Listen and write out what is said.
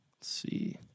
see